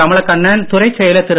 கமலக்கண்ணன் துறைச் செயலர் திரு